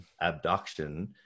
abduction